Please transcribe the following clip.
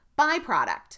byproduct